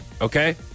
Okay